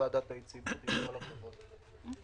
ועם רשות התחרות?